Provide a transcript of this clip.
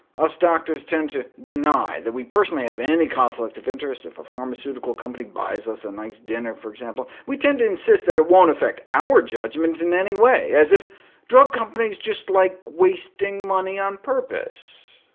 us doctors tend to deny that we personally have any conflict of interest if a pharmaceutical company buys us a nice dinner, for example. we tend to insist that it won't affect our judgment in any way, as if drug companies just like wasting money on purpose.